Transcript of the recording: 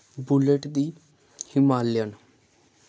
bullet दी Himalayan